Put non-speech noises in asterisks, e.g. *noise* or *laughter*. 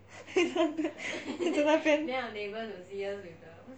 *laughs* 你在那边你在那边